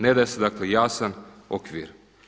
Ne daje se dakle jasan okvir.